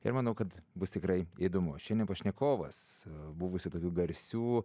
ir manau kad bus tikrai įdomu šiandien pašnekovas buvusi tokių garsių